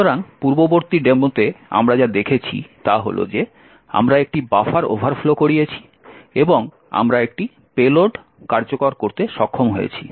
সুতরাং পূর্ববর্তী ডেমোতে আমরা যা দেখেছি তা হল যে আমরা একটি বাফার ওভারফ্লো করেছি এবং আমরা একটি পেলোড কার্যকর করতে সক্ষম হয়েছি